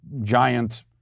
giant